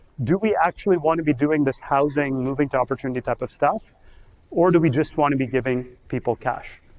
do we actually wanna be doing this housing moving to opportunity type of stuff or do we just wanna be giving people cash?